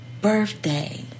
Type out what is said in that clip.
birthday